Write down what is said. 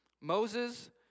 Moses